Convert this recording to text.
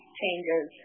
changes